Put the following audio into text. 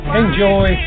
enjoy